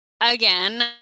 again